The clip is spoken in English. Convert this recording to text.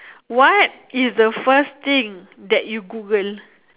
what is the first thing that you Google